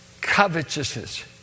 Covetousness